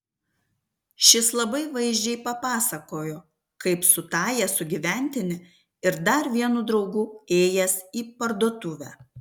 šis labai vaizdžiai papasakojo kaip su tąja sugyventine ir dar vienu draugu ėjęs į parduotuvę